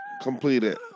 completed